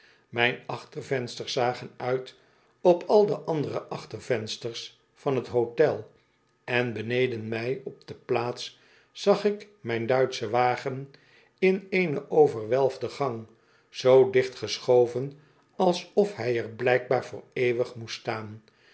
mijn achtervensters zagen uit op al de andere achter vensters van t hotel en beneden mij op de plaats zag ik miju duitschen wagen in eene overwelfde gang zoo dicht geschoven alsof hij er blijkbaar voor eeuwig moest staan